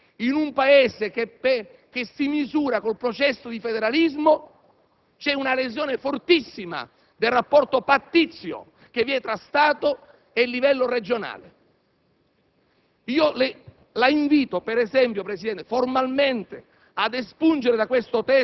che attraverso la legge finanziaria vengano modificati gli Statuti regionali. In un Paese che si misura sul processo di federalismo, si evidenzia una lesione fortissima del rapporto pattizio esistente tra Stato e livello regionale.